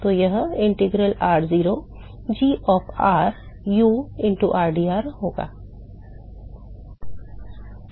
तो यह integral r0 g of r u into rdr होगा